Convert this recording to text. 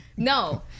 No